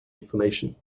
information